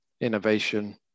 innovation